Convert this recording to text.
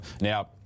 Now